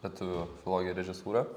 lietuvių filogiją ir režisūrą